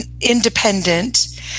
independent